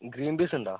green പീസുണ്ടോ